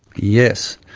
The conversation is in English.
yes.